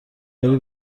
باری